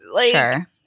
Sure